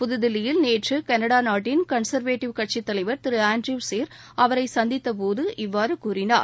புதுதில்லியில் நேற்று கனடா நாட்டின் கன்சன்வேட்டிவ் கட்சி தலைவர் திரு ஆன்ட்ருவ் சீர் அவரை சந்தித்த போது இவ்வாறு கூறினார்